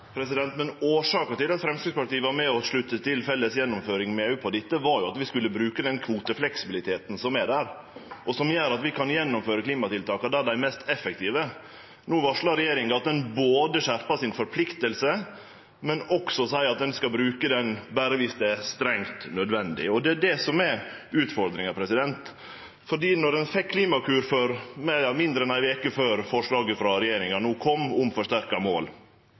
Men årsaka til at Framstegspartiet var med på å slutte seg til ei felles gjennomføring med EU på dette, var at vi skulle bruke den kvotefleksibiliteten som er der, og som gjer at vi kan gjennomføre klimatiltaka der dei er mest effektive. No varslar regjeringa både at ein skjerpar forpliktinga si, og at ein skal bruke den berre viss det er strengt nødvendig. Det er utfordringa, for ein fekk Klimakur mindre enn ei veke før forslaget frå regjeringa om forsterka mål